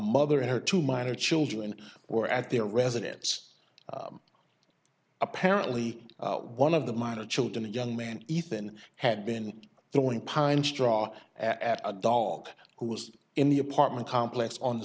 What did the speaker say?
mother and her two minor children were at their residence apparently one of the minor children a young man ethan had been throwing pine straw at a dog who was in the apartment complex on the